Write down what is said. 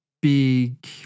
big